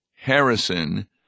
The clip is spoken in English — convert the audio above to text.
Harrison